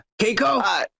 Keiko